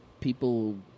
people